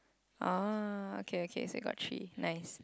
oh okay okay I got three nice